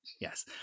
Yes